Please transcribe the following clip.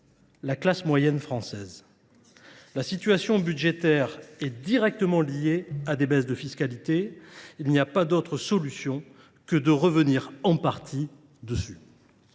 la classe moyenne française. La situation budgétaire est directement liée à des baisses de fiscalité. Il n'y a pas d'autre solution que de revenir en partie dessus.